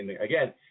again